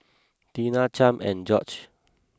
Tina Champ and George